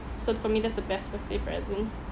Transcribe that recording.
so for me that's the best birthday present